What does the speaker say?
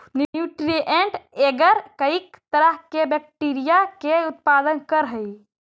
nutrient agar कईक तरह के बैक्टीरिया के उत्पादन करऽ हइ